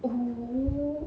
oh